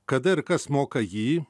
kada ir kas moka jį